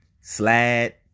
slide